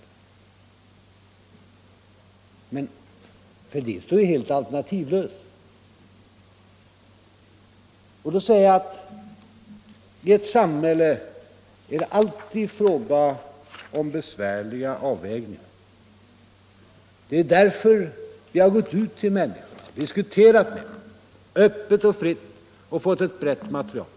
Men herr Fälldin står ju helt alternativlös, och då säger jag: I ett samhälle är det alltid fråga om besvärliga avvägningar. Det är därför vi har gått ut till människorna, diskuterat med dem öppet och fritt och fått ett brett material.